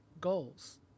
goals